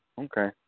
Okay